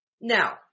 Now